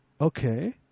Okay